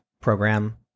program